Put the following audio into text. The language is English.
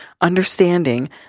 understanding